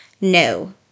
No